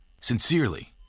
Sincerely